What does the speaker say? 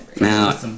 Now